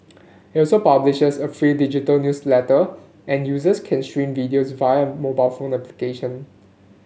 it also publishes a free digital newsletter and users can stream videos via a mobile application